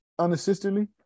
unassistedly